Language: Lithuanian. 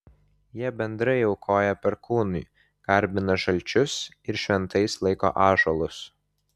jie bendrai aukoja perkūnui garbina žalčius ir šventais laiko ąžuolus